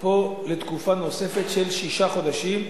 תוקפו לתקופה נוספת של שישה חודשים,